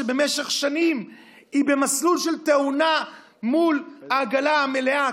שבמשך שנים היא במסלול של תאונה מול העגלה המלאה,